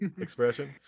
expression